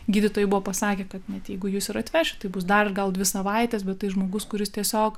gydytojai buvo pasakę kad net jeigu jūs ir atveš tai bus dar gal dvi savaitės bet tai žmogus kuris tiesiog